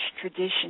tradition